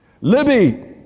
Libby